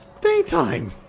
daytime